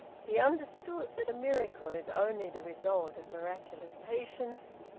he understood that a miracle is only the result of miraculous patience,